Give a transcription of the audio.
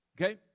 Okay